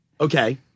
Okay